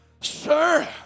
Sir